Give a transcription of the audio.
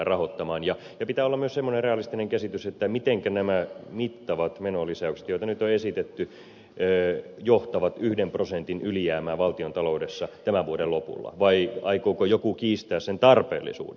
pitää olla myös semmoinen realistinen käsitys mitenkä nämä mittavat menolisäykset joita nyt on esitetty johtavat yhden prosentin ylijäämään valtiontaloudessa ensi vuoden lopulla vai aikooko joku kiistää sen tarpeellisuuden